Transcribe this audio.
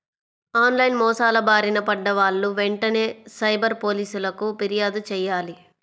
on line మోసాల బారిన పడ్డ వాళ్ళు వెంటనే సైబర్ పోలీసులకు పిర్యాదు చెయ్యాలి